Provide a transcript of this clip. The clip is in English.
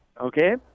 Okay